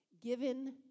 Given